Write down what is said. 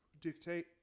dictate